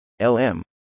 LM